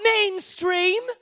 mainstream